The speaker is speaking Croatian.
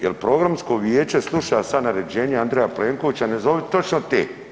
Jer Programsko vijeće sluša sada naređenja Andreja Plenkovića ne zovi točno te.